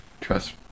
trust